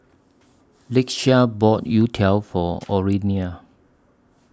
Lakeshia bought Youtiao For Orelia